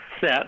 set